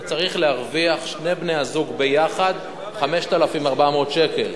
אתה צריך להרוויח, שני בני הזוג יחד, 5,400 שקל.